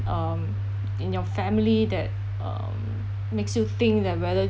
um in your family that um makes you think that whether